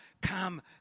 come